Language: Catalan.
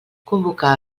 convocar